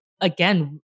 again